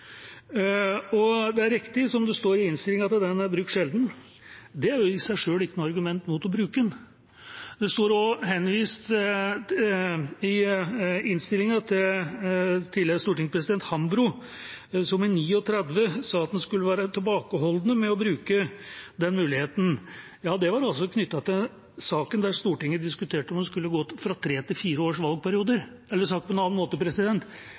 Det er riktig, som det står i innstillingen, at den er brukt sjelden. Det er i seg selv ikke noe argument mot å bruke den. Det er i innstillingen også henvist til tidligere stortingspresident Hambro, som i 1939 sa at en skulle være tilbakeholden med å bruke den muligheten. Det var knyttet til saken der Stortinget diskuterte om en skulle gå fra tre til fire års valgperioder, eller sagt på en annen måte: